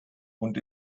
und